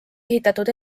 ehitatud